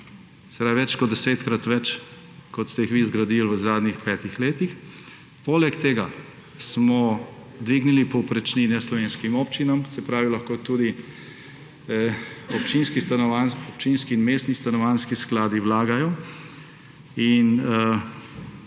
Se pravi, več kot 10-krat več, kot ste jih vi zgradili v zadnjih petih letih. Poleg tega smo dvignili povprečnine slovenskim občinam, se pravi lahko tudi občinski in mestni stanovanjski skladi vlagajo.